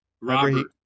Robert